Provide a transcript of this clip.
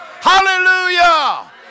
Hallelujah